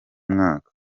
mwaka